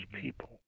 people